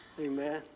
Amen